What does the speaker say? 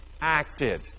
acted